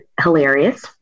hilarious